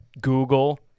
Google